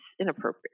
inappropriate